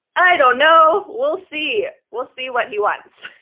i don't know. we'll see. we'll see what he wants.